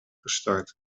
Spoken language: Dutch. gestart